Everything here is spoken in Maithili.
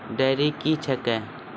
डेयरी क्या हैं?